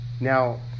Now